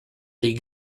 des